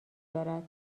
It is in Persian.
دارد